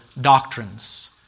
doctrines